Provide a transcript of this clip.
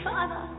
Father